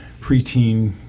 preteen